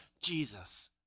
Jesus